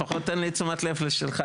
לפחות תן לי תשומת לב שלך,